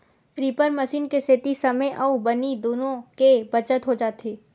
reaper machine के सेती समे अउ बनी दुनो के बचत हो जाथे